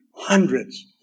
Hundreds